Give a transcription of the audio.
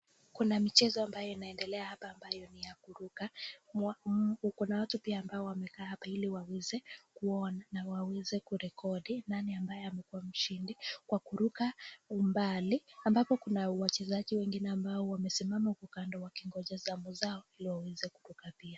Kuna mchezo ambayo inaendelea hapa, ambayo ni ya kuruka na kuna watu pia ambayo wamekaa hapo ili waweze kuona, na kurekodi, na ambaye amekuwa mshindi kwa kuruka umbali ambayo kuna wachezaji wengine ambao wamesimama kando wakingoja majina zao iliwaweze kuruka.